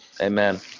amen